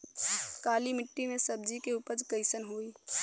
काली मिट्टी में सब्जी के उपज कइसन होई?